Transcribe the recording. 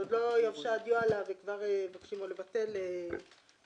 עוד לא יבשה הדיו עליו וכבר מבקשים לבטל ולשנות.